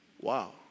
wow